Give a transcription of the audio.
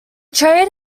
trade